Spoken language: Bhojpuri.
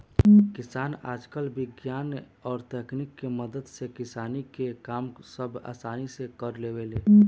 किसान आजकल विज्ञान और तकनीक के मदद से किसानी के काम सब असानी से कर लेवेले